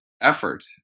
effort